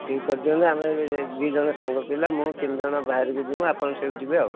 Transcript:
ଠିକ୍ କରି ଦିଅନ୍ତୁ ଆମେ ଦୁଇଜଣ ସାଙ୍ଗ ପିଲା ମୁଁ ତିନିଜଣ ବାହାରିକି ଯିବୁ ଆପଣ ସେଇଠୁ ଯିବେ ଆଉ